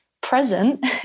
present